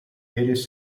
eles